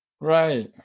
Right